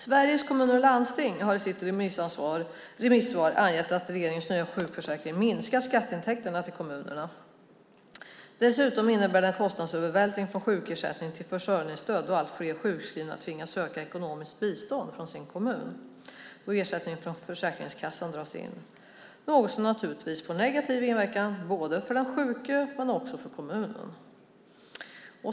Sveriges Kommuner och Landsting har i sitt remissvar angett att regeringens nya sjukförsäkring minskar skatteintäkterna till kommunerna. Dessutom innebär den en kostnadsövervältring från sjukersättning till försörjningsstöd då allt fler sjukskrivna tvingas söka ekonomiskt bistånd från sin kommun då ersättningen från Försäkringskassan dras in. Det är något som naturligtvis får en negativ inverkan både för den sjuke och för kommunen.